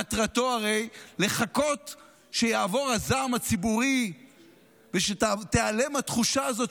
מטרתו הרי לחכות שיעבור הזעם הציבורי ושתיעלם התחושה הזאת,